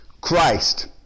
Christ